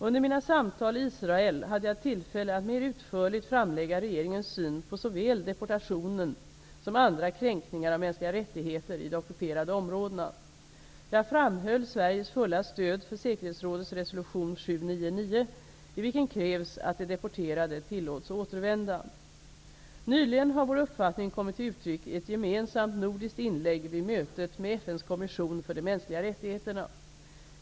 Under mina samtal i Israel hade jag tillfälle att mer utförligt framlägga regeringens syn på såväl deportationen som andra kränkningar av mänskliga rättigheter i de ockuperade områdena. Jag framhöll Sveriges fulla stöd för säkerhetsrådets resolution Nyligen har vår uppfattningen kommit till uttryck i ett gemensamt nordiskt inlägg vid mötet med FN:s kommission för de mänskliga rättigheterna.